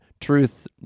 truth